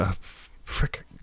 frick